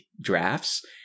drafts